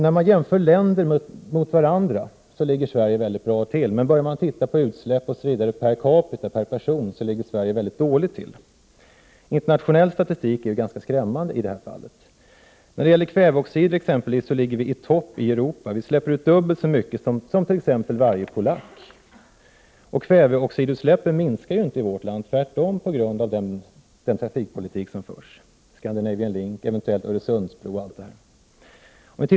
När man jämför länder med varandra ligger visserligen Sverige bra till, men börjar man titta på utsläpp osv. per capita, ligger Sverige mycket dåligt till. Internationell statistik är ganska skrämmande i det fallet. När det gäller kväveoxider exempelvis ligger vi i topp i Europa och släpper t.ex. ut dubbelt så mycket som varje polack. Och kväveoxidutsläppen minskar ju inte i vårt land, tvärtom, på grund av den trafikpolitik som förs — Scandinavian Link, eventuell Öresundsbro osv.